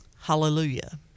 Hallelujah